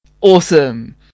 Awesome